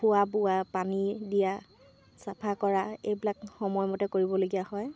খোৱা বোৱা পানী দিয়া চাফা কৰা এইবিলাক সময়মতে কৰিবলগীয়া হয়